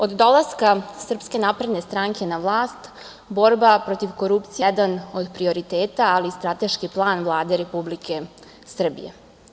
Od dolaska SNS na vlast borba protiv korupcije je jedan od prioriteta, ali i strateški plan Vlade Republike Srbije.